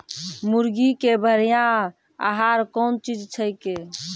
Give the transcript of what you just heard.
मुर्गी के बढ़िया आहार कौन चीज छै के?